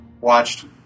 Watched